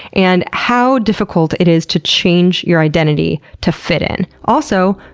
and how difficult it is to change your identity to fit in. also,